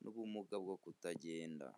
n'ubumuga bwo kutagenda.